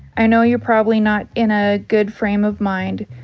i know you're probably not in a good frame of mind.